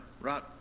right